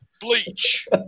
bleach